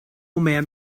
man